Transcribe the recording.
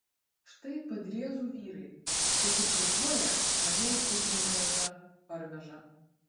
štai padriezų vyrai kai tik važiuoja mane į turgų nuveža parveža